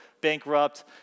bankrupt